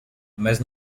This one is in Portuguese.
mas